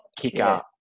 kicker